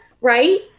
right